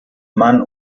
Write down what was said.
man